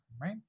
Right